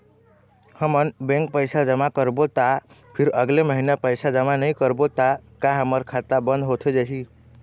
हमन बैंक पैसा जमा करबो ता फिर अगले महीना पैसा जमा नई करबो ता का हमर खाता बंद होथे जाही?